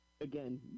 again